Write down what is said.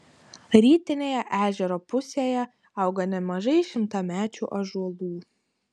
rytinėje ežero pusėje auga nemažai šimtamečių ąžuolų